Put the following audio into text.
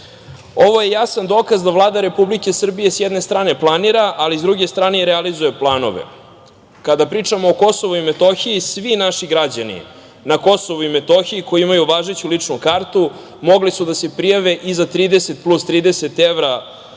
je jasan dokaz da Vlada Republike Srbije, s jedne strane planira, ali sa druge strane i realizuje planove. Kada pričamo o KiM, svi naši građani na KiM, koji imaju važeću ličnu kartu, mogli su da se prijave i za 30 plus 30 evra,